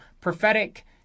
prophetic